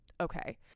okay